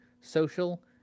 social